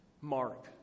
mark